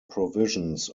provisions